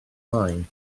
main